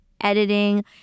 editing